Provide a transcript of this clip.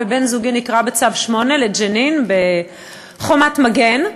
בן-זוגי נקרא בצו 8 לג'נין ב"חומת מגן",